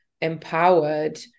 empowered